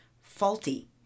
faulty